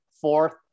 Fourth